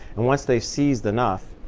and once they seized enough,